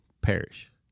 perish